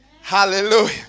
Hallelujah